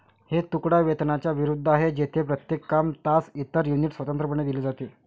हे तुकडा वेतनाच्या विरुद्ध आहे, जेथे प्रत्येक काम, तास, इतर युनिट स्वतंत्रपणे दिले जाते